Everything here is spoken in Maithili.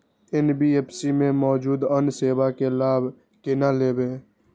एन.बी.एफ.सी में मौजूद अन्य सेवा के लाभ केना लैब?